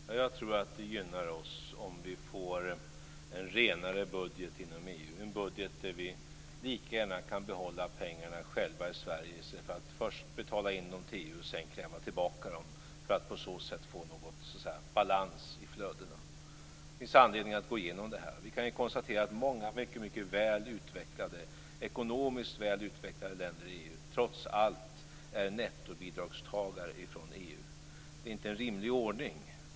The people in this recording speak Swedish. Fru talman! Jag tror att det gynnar oss om vi får en renare budget inom EU, en budget där vi lika gärna kan behålla pengarna själva i Sverige i stället för att först betala in dem till EU och sedan kräva tillbaka dem för att på så sätt så att säga få någon balans i flödena. Det finns anledning att gå igenom det här. Vi kan konstatera att många ekonomiskt mycket väl utvecklade länder i EU trots allt är nettobidragstagare vad gäller EU. Det är inte en rimlig ordning.